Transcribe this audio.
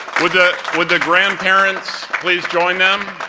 would the would the grandparents please join them?